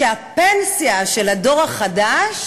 שהפנסיה של הדור החדש